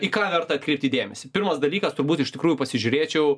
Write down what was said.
į ką verta atkreipti dėmesį pirmas dalykas turbūt iš tikrųjų pasižiūrėčiau